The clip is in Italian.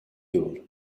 cure